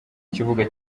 kibuga